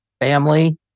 Family